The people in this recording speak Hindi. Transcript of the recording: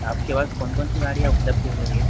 आपके पास कौन कौन सी गाड़ियाँ उपलब्ध हैं भैया